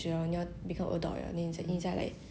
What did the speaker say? it's better for the dog